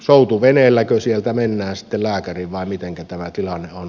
soutuveneelläkö sieltä mennään sitten lääkäriin vai mitenkä tämä tilanne on